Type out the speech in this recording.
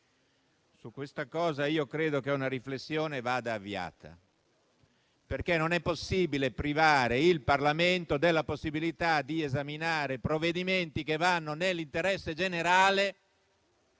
su questa cosa vada avviata una riflessione, perché non si può privare il Parlamento della possibilità di esaminare provvedimenti che vanno nell'interesse generale,